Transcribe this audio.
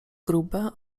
grube